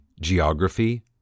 geography